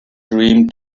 dream